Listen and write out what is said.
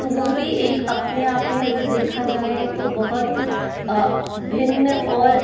तो वो भी एक अपने आप में अगर देखा जाए तो बहुत भिन्न और